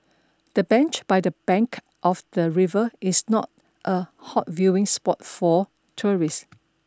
the bench by the bank of the river is not a hot viewing spot for tourists